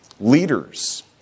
Leaders